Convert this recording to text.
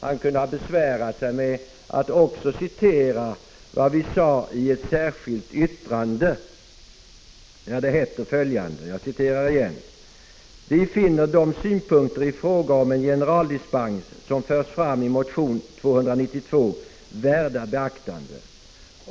Han kunde ha besvärat sig med att också citera vad vi sade i ett särskilt yttrande, där det hette följande: ”Vi finner de synpunkter i fråga om en generaldispens som förs fram i motion 292 värda beaktande.